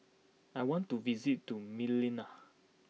I want to visit to Manila